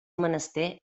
menester